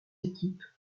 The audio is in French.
équipes